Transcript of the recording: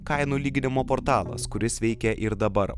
kainų lyginimo portalas kuris veikia ir dabar